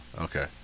Okay